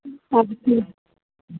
अच्छा